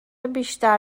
بیشتر